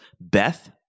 Beth